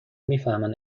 میفهمن